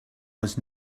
was